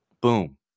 Boom